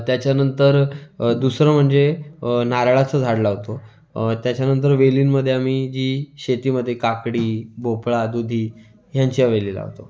त्याच्यानंतर दुसरं म्हणजे नारळाचं झाड लावतो त्याच्यानंतर वेलींमध्ये आम्ही जी शेतीमध्ये काकडी भोपळा दुधी ह्यांच्या वेली लावतो